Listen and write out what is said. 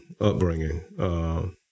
upbringing